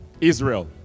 Israel